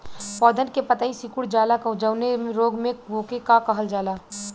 पौधन के पतयी सीकुड़ जाला जवने रोग में वोके का कहल जाला?